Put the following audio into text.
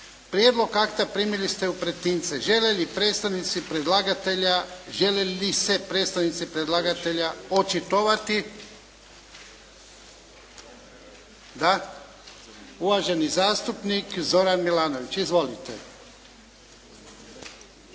Prijedlog akta primili ste u pretince. Žele li se predstavnici predlagatelja očitovati? Da. Uvaženi zastupnik Zoran Milanović. Izvolite. **Milanović,